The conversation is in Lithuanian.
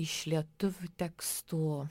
iš lietuvių tekstų